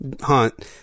Hunt